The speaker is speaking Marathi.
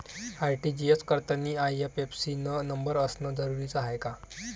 आर.टी.जी.एस करतांनी आय.एफ.एस.सी न नंबर असनं जरुरीच हाय का?